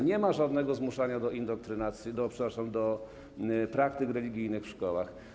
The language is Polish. Nie ma żadnego zmuszania do indoktrynacji... przepraszam, do praktyk religijnych w szkołach.